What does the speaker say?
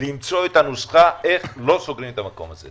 למצוא את הנוסחה איך לא סוגרים את המקום הזה.